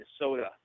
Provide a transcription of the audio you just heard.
Minnesota